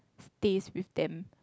stays with them